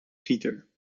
gieter